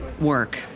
work